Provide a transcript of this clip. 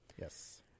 Yes